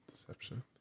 Deception